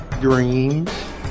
dreams